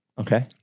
Okay